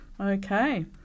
Okay